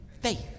faith